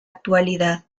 actualidad